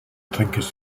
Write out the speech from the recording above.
thinkers